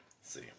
see